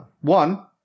One